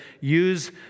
use